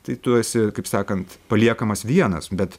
tai tu esi kaip sakant paliekamas vienas bet